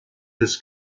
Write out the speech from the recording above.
his